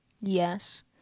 Yes